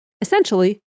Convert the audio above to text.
Essentially